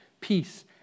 peace